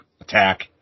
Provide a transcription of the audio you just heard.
attack